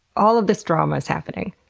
all of this drama is happening?